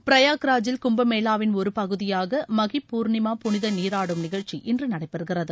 பிரயாக்ராஜில் கும்ப மேளாவின் ஒருபகுதியாக மகி பூர்ணிமா புனித நீராடும் நிகழ்ச்சி இன்று நடைபெறுகிறது